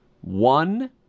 one